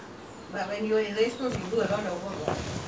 இல்ல:illa deepavali னா:naa is for children ah not for us